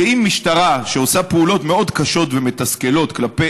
שאם משטרה שעושה פעולות מאוד קשות ומתסכלות כלפי